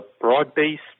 broad-based